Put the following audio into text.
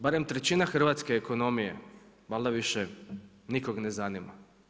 Barem trećina hrvatske ekonomije valjda više nikoga ne zanima.